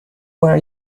where